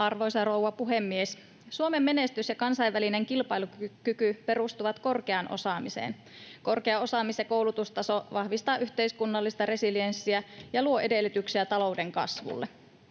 Arvoisa rouva puhemies! Suomen menestys ja kansainvälinen kilpailukyky perustuvat korkeaan osaamiseen. Korkea osaamis- ja koulutustaso vahvistavat yhteiskunnallista resilienssiä ja luovat edellytyksiä talouden kasvulle.